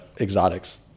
Exotics